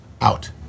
out